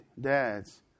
dads